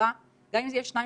אם כולם